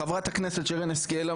חברת הכנסת שרן השכל,